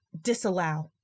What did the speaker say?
disallow